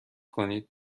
کنید